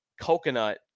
coconut